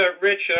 Rich